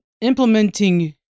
Implementing